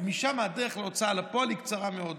ומשם הדרך להוצאה לפועל היא קצרה מאוד.